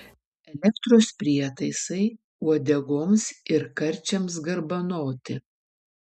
elektros prietaisai uodegoms ir karčiams garbanoti